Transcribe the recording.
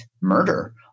murder